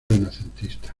renacentista